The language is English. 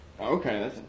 okay